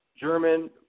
German